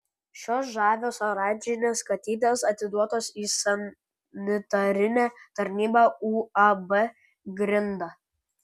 šios žavios oranžinės katytės atiduotos į sanitarinę tarnybą uab grinda